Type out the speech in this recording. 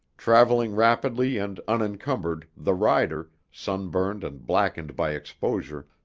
traveling rapidly and unencumbered, the rider, sunburned and blackened by exposure,